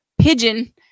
pigeon